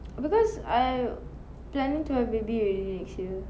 because I planning to have baby already next year